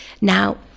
now